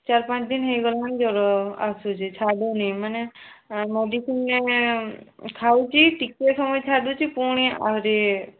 ଚାରି ପାଞ୍ଚ ଦିନ ହୋଇଗଲାଣି ଜ୍ୱର ଆସୁଛି ଛାଡ଼ୁନି ମାନେ ମେଡ଼ିସିନ୍ ଖାଉଛି ଟିକେ ସମୟ ଛାଡୁଛି ପୁଣି ଆହୁରି